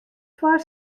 foar